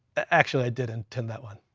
actually i did intend that one.